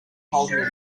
holding